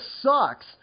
sucks